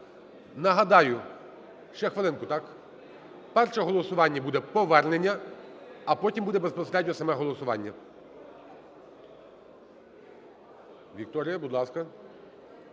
Нагадаю... Ще хвилинку, так? Перше голосування буде повернення, а потім буде безпосередньо саме голосування. Вікторія, будь ласка.